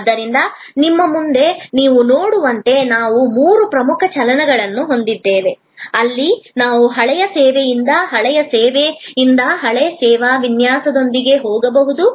ಆದ್ದರಿಂದ ನಿಮ್ಮ ಮುಂದೆ ನೀವು ನೋಡುವಂತೆ ನಾವು ಮೂರು ಪ್ರಮುಖ ಚಲನೆಗಳನ್ನು ಹೊಂದಿದ್ದೇವೆ ಅಲ್ಲಿ ನಾವು ಹಳೆಯ ಸೇವೆಯಿಂದ ಹಳೆಯ ಸೇವೆಯಿಂದ ಹೊಸ ಸೇವಾ ವಿನ್ಯಾಸದೊಂದಿಗೆ ಹೋಗಬಹುದು